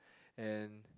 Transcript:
and